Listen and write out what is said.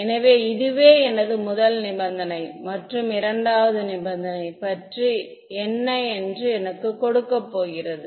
எனவே இதுவே எனது முதல் நிபந்தனை மற்றும் இரண்டாவது நிபந்தனை பற்றி என்ன என்று எனக்கு கொடுக்கப் போகிறது